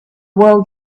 world